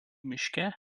miške